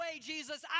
Jesus